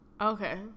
Okay